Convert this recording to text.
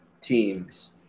teams